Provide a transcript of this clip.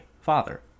father